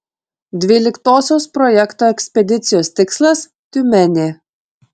dvyliktosios projekto ekspedicijos tikslas tiumenė